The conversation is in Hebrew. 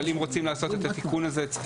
אבל אם רוצים לעשות את התיקון הזה צריך